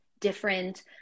different